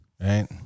right